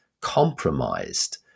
compromised